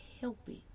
helping